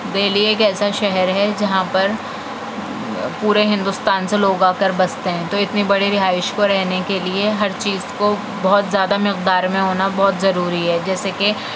دہلی ایک ایسا شہر ہے جہاں پر پورے ہندوستان سے لوگ آ کر بستے ہیں تو اتنے بڑے رہائش کو رہنے کے لئے ہر چیز کو بہت زیادہ مقدار میں ہونا بہت ضروری ہے جیسے کہ